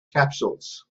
capsules